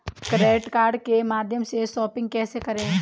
Credit card के माध्यम से शॉपिंग कैसे करें?